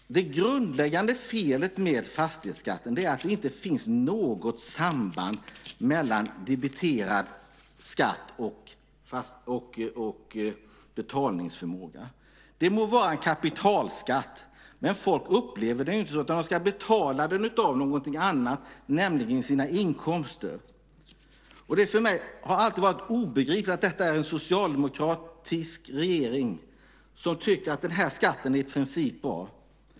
Det grundläggande felet med fastighetsskatten är att det inte finns något samband mellan debiterad skatt och betalningsförmåga. Det må vara en kapitalskatt, men folk upplever den inte så, utan de ska betala den av någonting annat, nämligen av sina inkomster. Det har för mig alltid varit obegripligt att det är en socialdemokratisk regering som tycker att den här skatten är i princip bra.